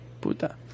puta